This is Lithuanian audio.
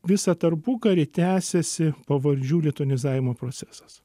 visą tarpukarį tęsėsi pavardžių lituanizavimo procesas